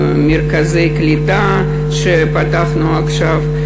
מרכזי קליטה שפתחנו עכשיו,